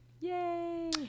Yay